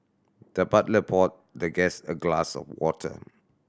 the butler poured the guest a glass of water